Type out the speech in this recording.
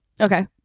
Okay